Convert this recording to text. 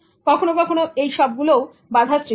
কখনো কখনো এগুলো বাধা সৃষ্টি করে